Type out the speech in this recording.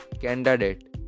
candidate